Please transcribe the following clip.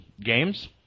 Games